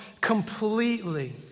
completely